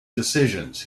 decisions